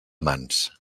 mans